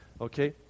Okay